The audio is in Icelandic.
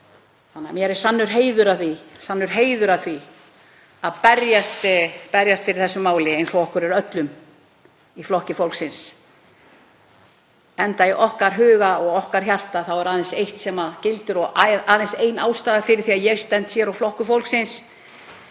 Íslendinga. Mér er því sannur heiður að því að berjast fyrir þessu máli eins og okkur öllum í Flokki fólksins. Í okkar huga og okkar hjarta er aðeins eitt sem gildir og aðeins ein ástæða fyrir því að ég stend hér og Flokkur fólksins: